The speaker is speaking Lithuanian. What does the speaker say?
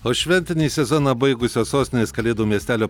o šventinį sezoną baigusios sostinės kalėdų miestelio